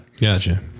Gotcha